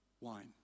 Wine